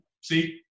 see